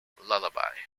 lullaby